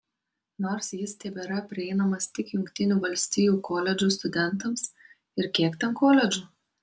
nors jis tebėra prieinamas tik jungtinių valstijų koledžų studentams ir kiek ten koledžų